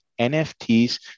NFTs